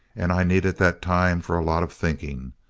and i needed that time for a lot of thinking.